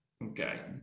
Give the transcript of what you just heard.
Okay